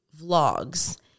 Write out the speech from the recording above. vlogs